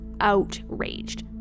outraged